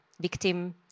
victim